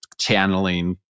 channeling